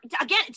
again